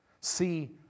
See